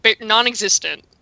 non-existent